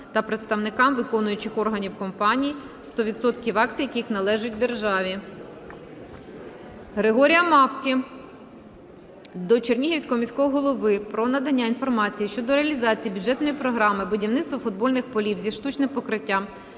та представникам виконавчих органів компаній, сто відсотків акцій яких належать державі. Григорія Мамки до Чернігівського міського голови про надання інформації щодо реалізації бюджетної програми "Будівництво футбольних полів зі штучним покриттям